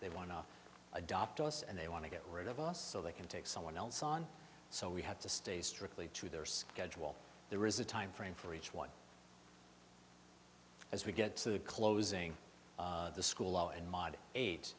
they want to adopt us and they want to get rid of us so they can take someone else on so we have to stay strictly to their schedule there is a time frame for each one as we get to closing the school